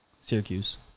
Syracuse